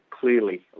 clearly